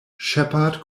sheppard